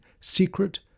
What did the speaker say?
secret